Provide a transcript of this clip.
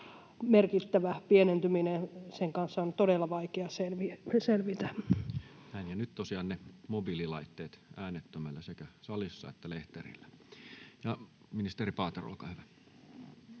merkittävä pienentyminen, ja sen kanssa on todella vaikea selvitä. Näin. — Nyt tosiaan ne mobiililaitteet äänettömälle sekä salissa että lehterillä. — Ministeri Paatero, olkaa hyvä,